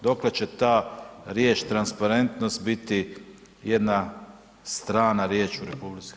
Dokle će ta riječ transparentnost biti jedna strana riječ u RH?